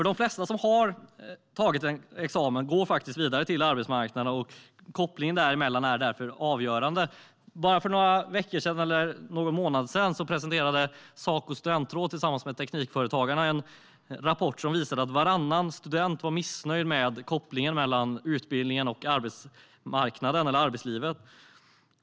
De flesta som har tagit examen går faktiskt vidare till arbetsmarknaden, och kopplingen däremellan är därför avgörande. För bara några veckor eller någon månad sedan presenterade Sacos studentråd tillsammans med Teknikföretagen en rapport som visar att varannan student är missnöjd med kopplingen mellan utbildningen och arbetslivet.